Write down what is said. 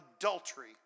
adultery